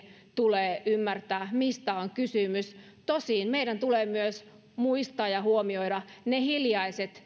tulee ymmärtää mistä on kysymys tosin meidän tulee myös muistaa ja huomioida ne hiljaiset